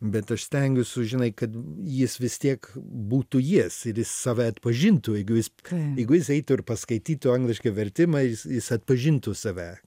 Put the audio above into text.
bet aš stengiuosi žinai kad jis vis tiek būtų jis ir jis save atpažintų jeigu jis jeigu jis eitų ir paskaitytų anglišką vertimą jis jis atpažintų save